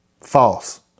False